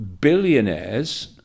billionaires